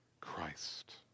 Christ